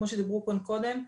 כמו שדיברו פה מקודם,